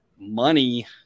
money